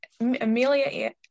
Amelia